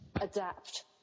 adapt